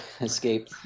escape